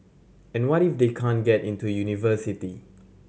and what if they can't get into university